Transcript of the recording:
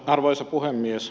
arvoisa puhemies